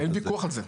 אין ויכוח על זה.